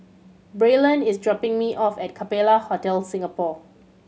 Braylen is dropping me off at Capella Hotel Singapore